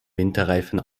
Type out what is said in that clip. winterreifen